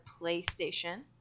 PlayStation